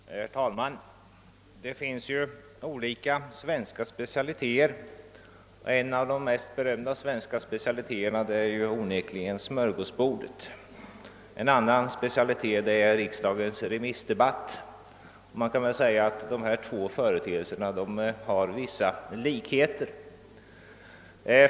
Herr talman! Det finns ju olika svenska specialiteter. En av de mest berömda är onekligen det svenska smörgåsbordet. En annan specialitet är riksdagens remissdebatt. Man kan säga att dessa två företeelser har vissa likheter.